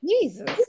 Jesus